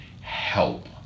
help